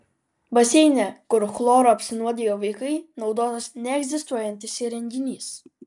baseine kur chloru apsinuodijo vaikai naudotas neegzistuojantis įrenginys